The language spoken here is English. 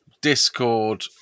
discord